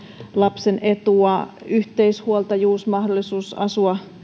lapsen etua yhteishuoltajuus ja mahdollisuus asua